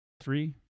three